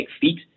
feet